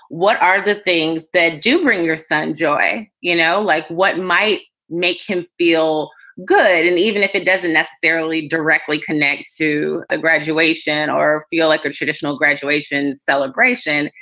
what are the things that do bring your son joy? you know, like what might make him feel good? and even if it doesn't necessarily directly connect to a graduation or feel like a traditional graduation celebration,